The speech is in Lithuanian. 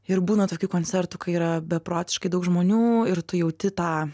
ir būna tokių koncertų kai yra beprotiškai daug žmonių ir tu jauti tą